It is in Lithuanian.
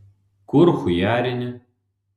kur chujarini